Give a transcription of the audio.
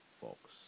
folks